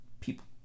people